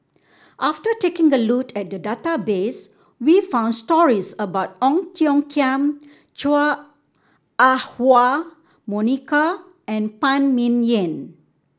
after taking a look at the database we found stories about Ong Tiong Khiam Chua Ah Huwa Monica and Phan Ming Yen